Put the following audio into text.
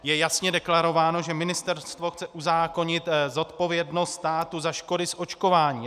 Je jasně deklarováno, že ministerstvo chce uzákonit odpovědnost státu za škody z očkování.